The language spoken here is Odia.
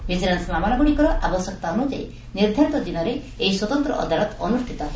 ଭିଜିଲାନ୍ୱ ମାମଲାଗୁଡ଼ିକର ଆବଶ୍ୟକତା ଅନ୍ରଯାୟୀ ନିର୍ବ୍ବାରିତ ଦିନରେ ଏହି ସ୍ୱତନ୍ତ ଅଦାଲତ ଅନୁଷ୍ଠିତ ହେବ